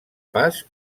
pas